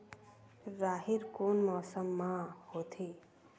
राहेर कोन मौसम मा होथे?